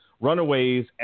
Runaways